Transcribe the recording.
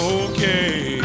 okay